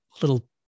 little